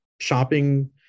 shopping